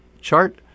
chart